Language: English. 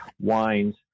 wines